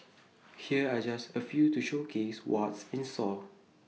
here are just A few to showcase what's in sore